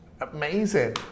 amazing